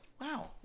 Wow